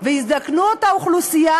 והזדקנות האוכלוסייה,